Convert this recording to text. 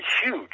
huge